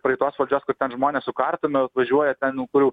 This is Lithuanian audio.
praeitos valdžios kur ten žmonės su kartuvėm atvažiuoja ten jau kur jau